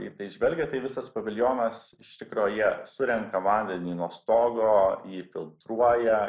į tai žvelgė tai visas paviljonas iš tikro jie surenka vandenį nuo stogo jį filtruoja